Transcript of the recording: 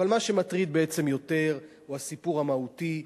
אבל מה שמטריד בעצם יותר הוא הסיפור המהותי,